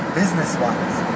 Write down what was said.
business-wise